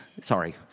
Sorry